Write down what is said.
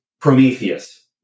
Prometheus